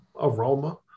aroma